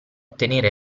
tenere